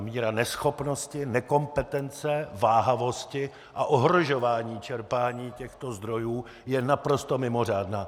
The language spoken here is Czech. Míra neschopnosti, nekompetence, váhavosti a ohrožování čerpání těchto zdrojů je naprosto mimořádná.